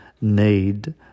need